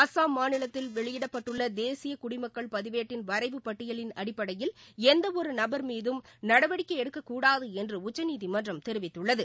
அஸ்ஸாம் மாநிலத்தில் வெளியிடப்பட்டுள்ளதேசியகுடிமக்கள் பதிவேட்டின் வரைவு பட்டியலின் அடிப்படையில் எந்தஒருநபர் மீதும் நடவடிக்கைஎடுக்கூடாதுஎன்றுஉச்சநீதிமன்றம் தெரிவித்துள்ளது